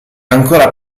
ancora